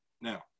Now